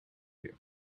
you